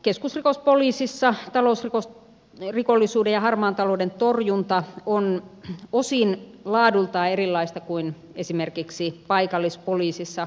keskusrikospoliisissa talousrikollisuuden ja harmaan talouden torjunta on laadultaan osin erilaista kuin esimerkiksi paikallispoliisissa